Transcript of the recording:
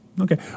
Okay